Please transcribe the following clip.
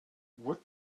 what